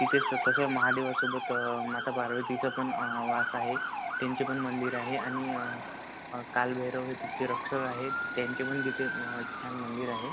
तिथे स तसं महादेवासोबत माता पार्वतीचा पण वास आहे त्यांचे पण मंदिर आहे आणि कालभैरव हे तिथले रक्षक आहे त्यांचे पण तिथे एक छान मंदिर आहे